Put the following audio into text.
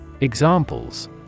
Examples